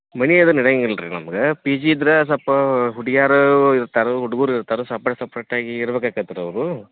ಮನೆ ಅದು ನಡಿಯಂಗೆ ಇಲ್ಲ ರೀ ನಮ್ಗೆ ಪಿ ಜಿ ಇದ್ರೆ ಸಲ್ಪ ಹುಡ್ಗೀರು ಇರ್ತಾರೆ ಹುಡ್ಗರು ಇರ್ತಾರೆ ಸಪ್ರೇಟ್ ಸಪ್ರೇಟ್ಟಾಗಿ ಇರ್ಬೇಕಾಕೈತೆ ರೀ ಅವರು